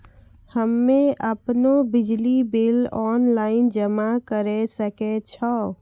हम्मे आपनौ बिजली बिल ऑनलाइन जमा करै सकै छौ?